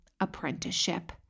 apprenticeship